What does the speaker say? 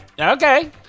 okay